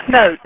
No